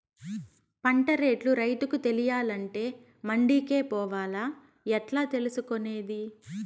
పంట రేట్లు రైతుకు తెలియాలంటే మండి కే పోవాలా? ఎట్లా తెలుసుకొనేది?